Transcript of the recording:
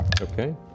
Okay